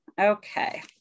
Okay